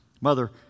Mother